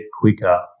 quicker